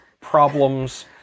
problems